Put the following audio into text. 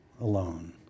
alone